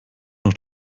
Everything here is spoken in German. noch